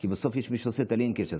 כי בסוף יש מי שעושה את הלינקג' הזה.